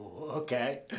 Okay